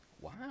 Wow